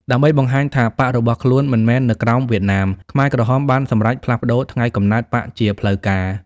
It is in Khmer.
ដើម្បីបង្ហាញថាបក្សរបស់ខ្លួនមិនមែននៅក្រោមវៀតណាម ខ្មែរក្រហមបានសម្រេចផ្លាស់ប្តូរថ្ងៃកំណើតបក្សជាផ្លូវការ។